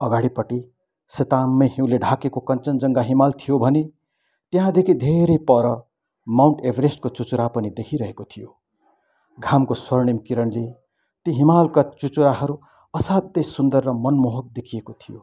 अगाडिपट्टि सेताम्मे हिउँले ढाकेको कन्चनजङ्घा हिमाल थियो भने त्यहाँदेखि धेरै पर माउन्ट एभरेस्टको चुचरा पनि देखिरहेको थियो घामको स्वर्णीम किरणले ती हिमालका चुचराहरू असाध्यै सुन्दर र मनमोहक देखिएको थियो